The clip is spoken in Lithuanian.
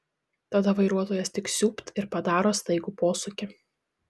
tada vairuotojas tik siūbt ir padaro staigų posūkį